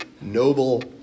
noble